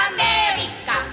America